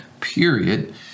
period